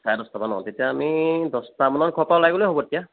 চাৰে দহটাৰ পৰা ন' তেতিয়া আমি দহটামানত ঘৰৰপৰা ওলাই গ'লে হ'ব তেতিয়া